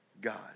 God